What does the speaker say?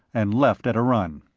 and left at a run.